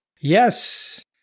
Yes